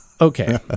okay